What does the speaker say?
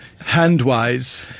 hand-wise